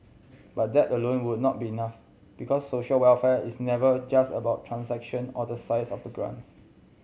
but that alone will not be enough because social welfare is never just about transaction or the size of the grants